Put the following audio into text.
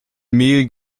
mehl